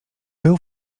był